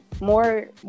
more